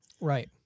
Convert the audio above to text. Right